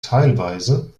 teilweise